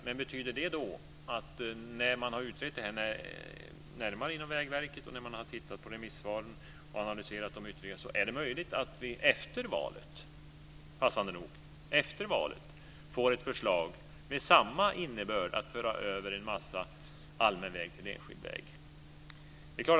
Men betyder det då att när man har utrett det här närmare inom Vägverket och när man har tittat på remissvaren och analyserat dem ytterligare så är det möjligt att vi efter valet, passande nog, får ett förslag med samma innebörd: att föra över en massa allmän väg till enskild väg?